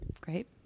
Great